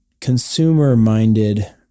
consumer-minded